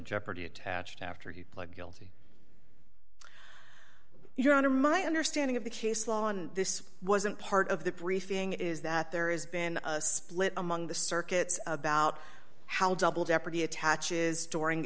jeopardy attached after he pled guilty your honor my understanding of the case law on this wasn't part of the briefing is that there is been a split among the circuits about how double jeopardy attaches during